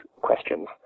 questions